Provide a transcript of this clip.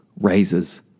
raises